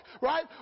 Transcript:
right